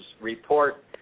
report